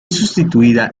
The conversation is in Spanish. sustituida